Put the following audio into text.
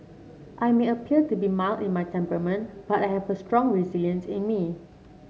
I may appear to be mild in my temperament but I have a strong resilience in me